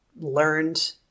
learned